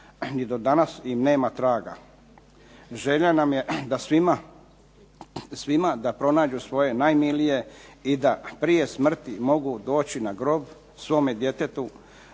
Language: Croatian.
ni do danas im nema traga. Želja nam je svima da pronađu svoje najmilije i da prije smrti mogu doći na grob svome djetetu,